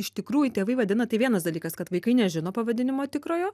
iš tikrųjų tėvai vadina tai vienas dalykas kad vaikai nežino pavadinimo tikrojo